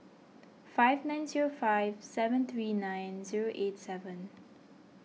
five nine zero five seven three nine zero eight seven